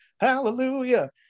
hallelujah